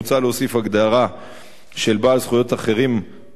9. מוצע להוסיף הגדרה של "בעל זכויות אחרים,